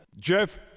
jeff